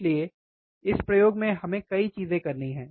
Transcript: इसलिए इस प्रयोग में हमें कई चीजें करनी हैं